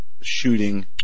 Shooting